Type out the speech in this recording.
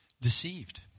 deceived